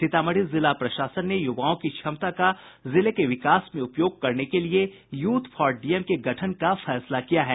सीतामढ़ी जिला प्रशासन ने युवाओं की क्षमता का जिले के विकास में उपयोग करने के लिये यूथ फॉर डीएम के गठन का फैसला किया है